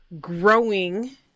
growing